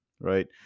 right